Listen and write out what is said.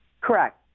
Correct